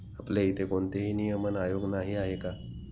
आपल्या इथे कोणतेही नियमन आयोग नाही आहे का?